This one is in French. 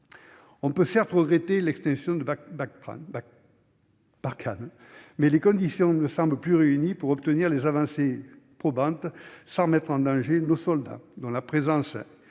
On peut certes regretter l'extinction de Barkhane, mais les conditions ne semblent plus réunies pour obtenir des avancées probantes sans mettre en danger nos soldats, dont la présence